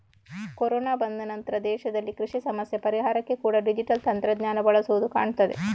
corona ಬಂದ ನಂತ್ರ ದೇಶದಲ್ಲಿ ಕೃಷಿ ಸಮಸ್ಯೆ ಪರಿಹಾರಕ್ಕೆ ಕೂಡಾ ಡಿಜಿಟಲ್ ತಂತ್ರಜ್ಞಾನ ಬಳಸುದು ಕಾಣ್ತದೆ